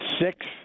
six